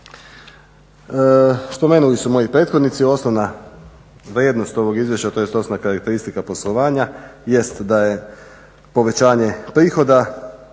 Spomenuli su moji prethodnici osnovna vrijednost ovog izvješća, tj. osnovna karakteristika poslovanja jest da je povećanje prihoda